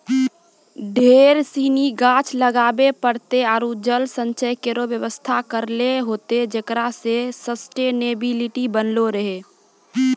ढेर सिनी गाछ लगाबे पड़तै आरु जल संचय केरो व्यवस्था करै ल होतै जेकरा सें सस्टेनेबिलिटी बनलो रहे